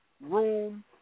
room